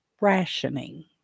rationing